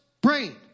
brain